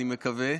אני מקווה.